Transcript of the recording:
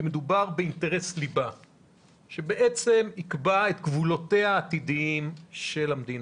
מדובר באינטרס ליבה שבעצם יקבע את גבולותיה העתידיים של המדינה.